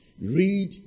Read